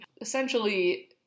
Essentially